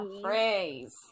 phrase